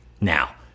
Now